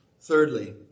Thirdly